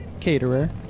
caterer